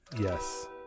Yes